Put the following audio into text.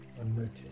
unnoticed